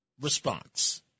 response